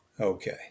Okay